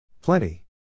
Plenty